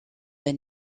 the